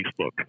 Facebook